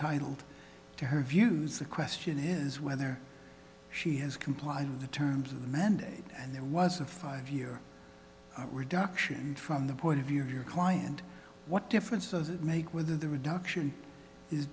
intitled to her views the question is whether she has complied with the terms of the mandate and there was a five year reduction from the point of your client what difference does it make whether the reduction is